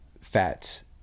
fats